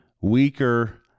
weaker